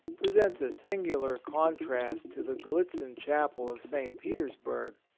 presents a singular contrast to the gallitzin chapel of st. petersburg,